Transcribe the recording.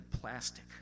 plastic